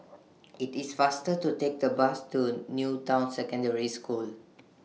IT IS faster to Take The Bus to New Town Secondary School